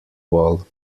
wall